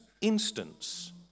instance